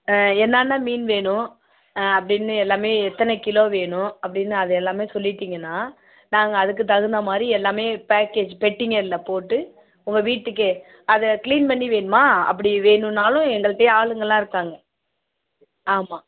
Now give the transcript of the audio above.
என்னென்ன மீன் வேணும் அப்படின்னு எல்லாமே எத்தனை கிலோ வேணும் அப்படின்னு அது எல்லாமே சொல்லிவிட்டீங்கன்னா நாங்கள் அதுக்கு தகுந்த மாதிரி எல்லாமே பேக்கேஜி பெட்டிகள்ல போட்டு உங்கள் வீட்டுக்கே அதை க்ளீன் பண்ணி வேணுமா அப்படி வேணும்னாலும் எங்கள்ட்டயே ஆளுங்கெல்லாம் இருக்காங்க ஆமாம்